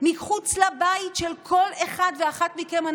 אנחנו נפגין מחוץ לבית של כל אחד ואחת מכם,